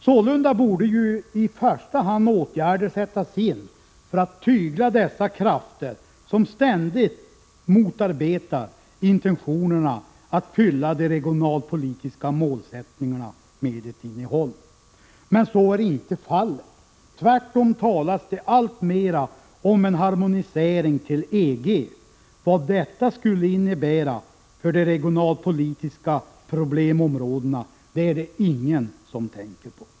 Sålunda borde i första hand åtgärder sättas in för att tygla dessa krafter, som ständigt motarbetar intentionerna att fylla de regionalpolitiska målsättningarna med ett innehåll. Men så är inte fallet. Tvärtom talas det alltmer om en harmonisering till EG — vad detta skulle innebära för de regionalpolitiska problemområdena är det ingen som tänker på.